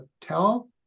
tell